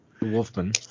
Wolfman